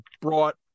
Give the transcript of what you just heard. brought